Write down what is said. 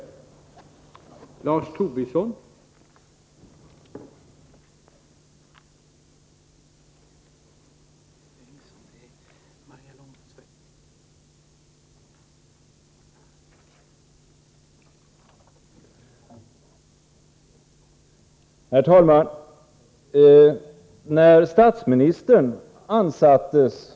tilllöntagarfondernas styrelser